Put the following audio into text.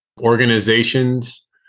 Organizations